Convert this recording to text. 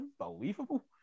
unbelievable